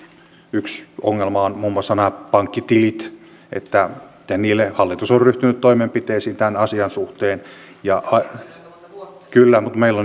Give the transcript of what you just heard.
yksi ongelma on muun muassa nämä pankkitilit hallitus on ryhtynyt toimenpiteisiin tämän asian suhteen kyllä mutta meillä